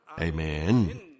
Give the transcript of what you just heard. Amen